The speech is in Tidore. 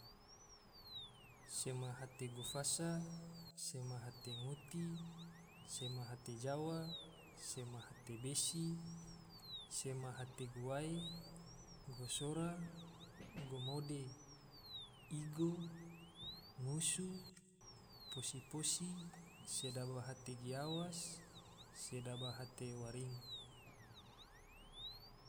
Sema hate gofasa, sema hate nguti, sema hate jawa, sema hate besi, sema hate guae, gosora, gomode, igo, ngusu, posi-posi, sedaba hate giawas, sedaba hate waringin